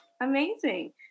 Amazing